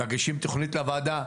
מגישים תכנית לוועדה,